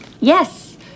Yes